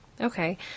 Okay